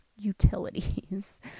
utilities